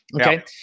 Okay